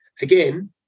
Again